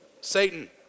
Satan